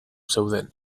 zeuden